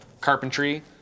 carpentry